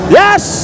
yes